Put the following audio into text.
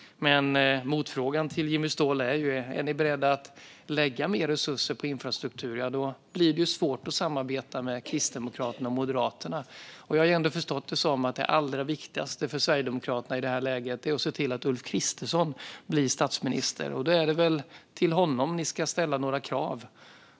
Motfrågan till Jimmy Ståhl är: Är ni beredda att lägga mer resurser på infrastruktur? I så fall blir det svårt att samarbeta med Kristdemokraterna och Moderaterna. Jag har ändå förstått det som att det allra viktigaste för Sverigedemokraterna i det här läget är att se till att Ulf Kristersson blir statsminister. Då är det väl till honom ni ska rikta krav.